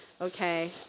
Okay